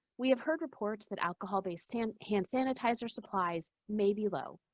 we have heard reports that alcohol-based hand hand sanitizer supplies may be low.